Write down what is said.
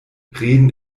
reden